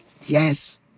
Yes